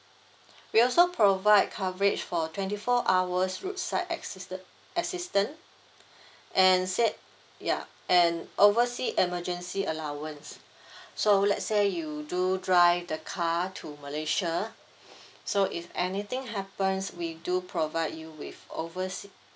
we also provide coverage for twenty four hours roadside assista~ assistant and said ya and oversea emergency allowance so let's say you do drive the car to malaysia so if anything happens we do provide you with oversea